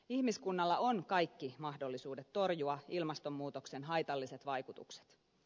ihmiskunnalla on kaikki mahdollisuudet torjua ilmastonmuutoksen haitalliset vaikutukset